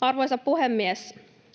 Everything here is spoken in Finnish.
Arvoisa puhemies!